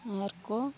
ᱟᱨ ᱠᱚ